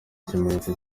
ibimenyetso